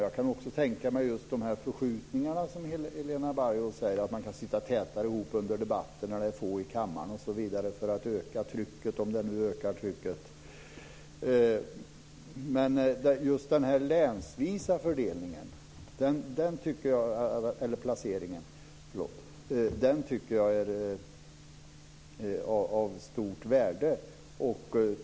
Jag kan också tänka mig de förskjutningar som Helena pratade om, dvs. att man kan sitta tätare ihop under debatter när det är få i kammaren osv. för att öka trycket - om det nu ökar trycket. Men jag tycker att den länsvisa placeringen är av stort värde.